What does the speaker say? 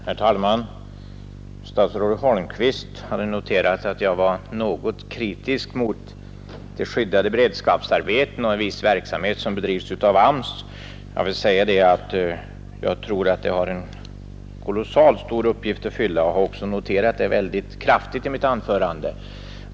Herr talman! Statsrådet Holmqvist noterade att jag var något kritisk mot de skyddade beredskapsarbeten och en viss verksamhet som bedrivs av AMS. Jag tror att dessa arbeten har en kolossalt stor uppgift att fylla, vilket jag också underströk mycket kraftigt i mitt anförande.